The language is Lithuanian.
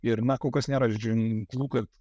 ir na kol kas nėra ženklų kad